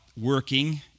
working